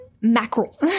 mackerel